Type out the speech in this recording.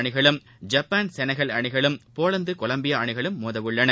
அணிகளும் Japan Senegal அணிகளும் Colombia கொலம்பியா அணிகளும் மோதவுள்ளன